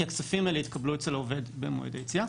הכספים האלה יתקבלו אצל העובד במועד היציאה.